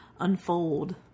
unfold